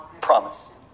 promise